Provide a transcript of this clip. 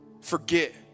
forget